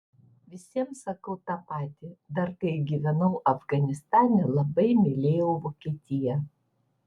visiems sakau tą patį dar kai gyvenau afganistane labai mylėjau vokietiją